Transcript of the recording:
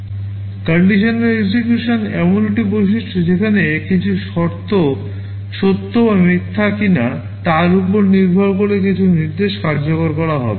Conditional execution এমন একটি বৈশিষ্ট্য যেখানে কিছু শর্ত সত্য বা মিথ্যা কিনা তার উপর নির্ভর করে কিছু নির্দেশ কার্যকর করা হবে